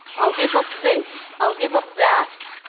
i'll give up this. i'll give up that.